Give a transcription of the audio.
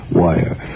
wire